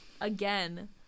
Again